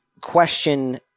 question